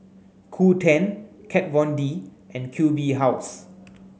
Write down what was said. Qoo Ten Kat Von D and Q B House